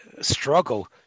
struggle